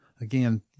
Again